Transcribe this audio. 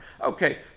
Okay